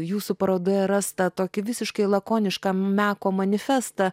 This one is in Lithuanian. jūsų parodoje rastą tokį visiškai lakonišką meko manifestą